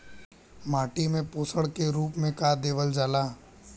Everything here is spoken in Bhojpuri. माटी में पोषण के रूप में का देवल जाला?